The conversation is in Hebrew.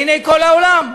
לעיני כל העולם,